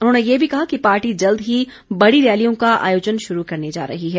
उन्होंने ये भी कहा कि पार्टी जल्द ही बड़ी रैलियों का आयोजन शुरू करने जा रही है